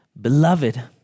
Beloved